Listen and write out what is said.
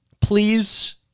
Please